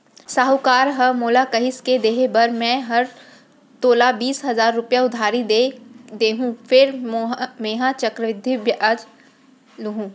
साहूकार ह मोला कहिस के देहे बर मैं हर तोला बीस हजार रूपया उधारी दे देहॅूं फेर मेंहा चक्रबृद्धि बियाल लुहूं